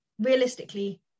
Realistically